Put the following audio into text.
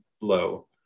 low